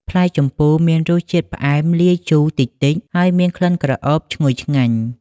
ផ្លែជម្ពូមានរសជាតិផ្អែមលាយជូរតិចៗ ហើយមានក្លិនក្រអូបឈ្ងុយឆ្ងាញ់។